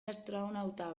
astronauta